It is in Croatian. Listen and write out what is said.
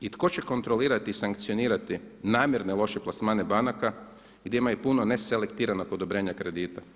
I tko će kontrolirati i sankcionirati namjerne loše plasmane banaka gdje ima i puno neselektiranog odobrenja kredita?